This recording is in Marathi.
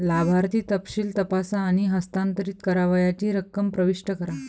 लाभार्थी तपशील तपासा आणि हस्तांतरित करावयाची रक्कम प्रविष्ट करा